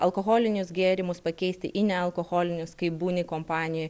alkoholinius gėrimus pakeisti į nealkoholinius kai būni kompanijoj